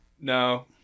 no